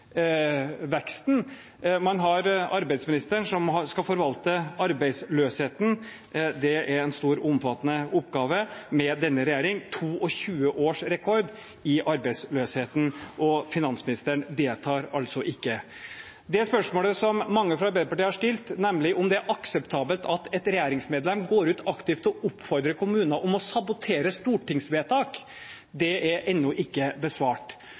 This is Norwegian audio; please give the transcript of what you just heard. Man har arbeidsministeren, som skal forvalte arbeidsløsheten. Det er en stor og omfattende oppgave – med denne regjeringen er det 22 års rekord i arbeidsløshet. Og finansministeren deltar altså ikke. Det spørsmålet som mange fra Arbeiderpartiet har stilt, nemlig om det er akseptabelt at et regjeringsmedlem går ut aktivt og oppfordrer kommuner til å sabotere stortingsvedtak, er ennå ikke besvart.